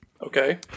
Okay